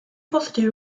positive